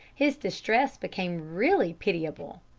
his distress became really pitiable.